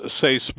say